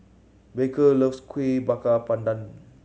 Baker loves Kueh Bakar Pandan